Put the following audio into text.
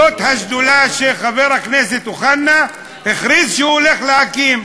זאת השדולה שחבר הכנסת אוחנה הכריז שהוא הולך להקים.